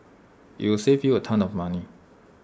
IT will save you A ton of money